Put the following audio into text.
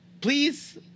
please